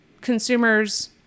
consumers